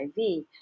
HIV